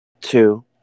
two